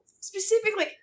Specifically